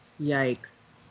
Yikes